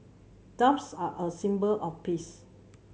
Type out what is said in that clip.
doves are a symbol of peace